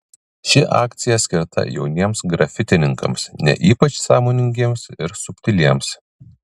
ši akcija skirta jauniems grafitininkams ne ypač sąmoningiems ir subtiliems